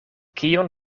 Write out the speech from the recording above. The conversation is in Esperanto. kion